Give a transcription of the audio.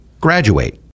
graduate